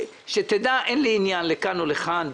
שתדע, אין לי עניין לכאן או לכאן.